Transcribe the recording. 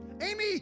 Amy